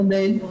עודד,